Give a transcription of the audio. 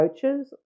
coaches